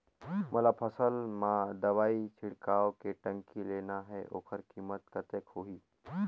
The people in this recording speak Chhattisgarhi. मोला फसल मां दवाई छिड़काव के टंकी लेना हे ओकर कीमत कतेक होही?